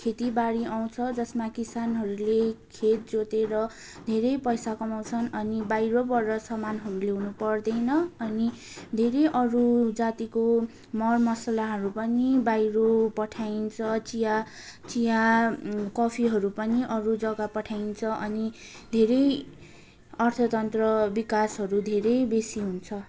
खेतीबारी आउँछ जसमा कि किसानहरूले खेत जोतेर धेरै पैसा कमाउँछन् अनि बाहिरबाट सामानहरू ल्याउनु पर्दैन अनि धेरै अरू जातिको मर मसलाहरू पनि बाहिर पठाइन्छ चिया चिया कफीहरू पनि अरू जगा पठाइन्छ अनि धेरै अर्थतन्त्र विकासहरू धेरै बेसी हुन्छ